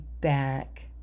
back